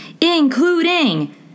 including